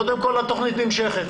קודם כול, התוכנית נמשכת.